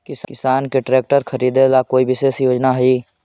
किसान के ट्रैक्टर खरीदे ला कोई विशेष योजना हई?